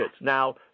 Now